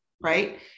right